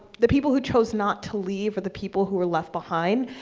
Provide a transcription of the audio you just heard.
the people who chose not to leave or the people who were left behind,